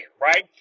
right